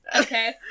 Okay